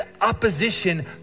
opposition